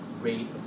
rate